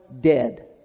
dead